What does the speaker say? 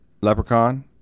leprechaun